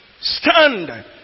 stand